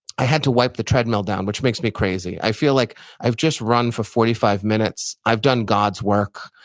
i had to wipe the treadmill down, which makes me crazy. i feel like i've just run for forty five minutes. i've done god's work.